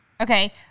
Okay